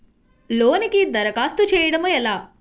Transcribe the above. లోనుకి దరఖాస్తు చేయడము ఎలా?